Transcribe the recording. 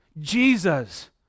Jesus